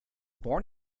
born